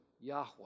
Yahweh